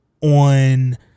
on